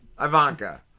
Ivanka